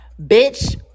Bitch